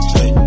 Hey